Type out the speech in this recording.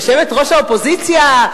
יושבת-ראש האופוזיציה,